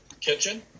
kitchen